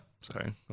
Sorry